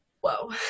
Whoa